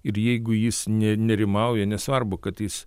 ir jeigu jis ne nerimauja nesvarbu kad jis